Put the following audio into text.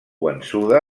vençuda